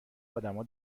ادما